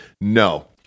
no